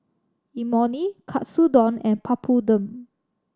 Imoni Katsudon and Papadum